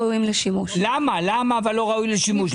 למה הם לא ראויים לשימוש?